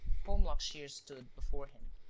holmlock shears stood before him.